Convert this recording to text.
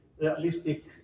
realistic